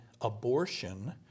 abortion